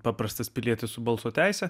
paprastas pilietis su balso teise